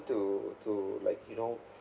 to to like you know